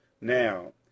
Now